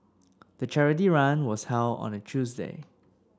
the charity run was held on a Tuesday